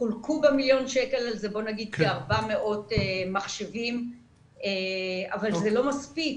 חולקו במיליון השקלים האלה כ-400 מחשבים אבל זה לא מספיק.